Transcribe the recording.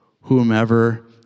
whomever